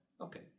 Okay